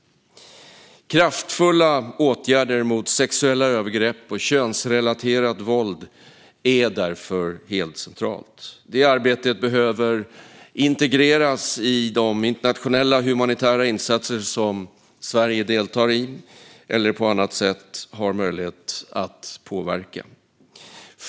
Kraftfulla åtgärder mot sexuella övergrepp och könsrelaterat våld är därför helt centralt. Detta arbete behöver integreras i de internationella humanitära insatser som Sverige deltar i eller på annat sätt har möjlighet att påverka.